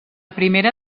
primera